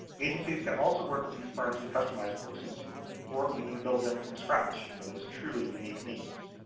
agencies can also work with these firms to customize courses or even build them from scratch for those truly unique needs.